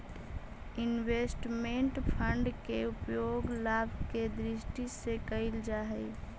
investment fund के उपयोग लाभ के दृष्टि से कईल जा हई